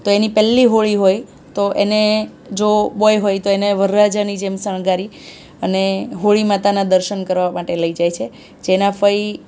તો એની પહેલી હોળી હોય તો એને જો બોય હોય તો એને વરરાજાની જેમ શણગારી અને હોળી માતાનાં દર્શન કરવા માટે લઈ જાય છે જેના ફઈ